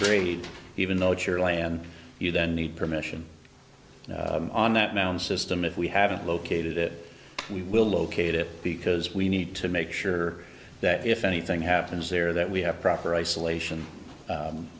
buried even though it's your land you then need permission on that mound system if we haven't located it we will locate it because we need to make sure that if anything happens there that we have proper isolation